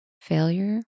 Failure